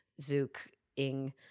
Zook-ing